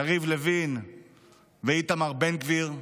יריב לוין ואיתמר בן גביר,